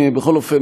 בכל אופן,